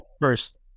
first